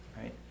Right